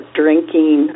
drinking